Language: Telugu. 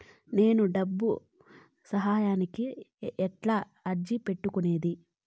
నేను డబ్బు సహాయానికి ఎట్లా అర్జీ పెట్టుకునేది?